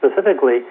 specifically